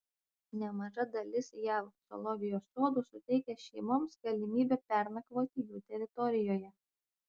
nemaža dalis jav zoologijos sodų suteikia šeimoms galimybę pernakvoti jų teritorijoje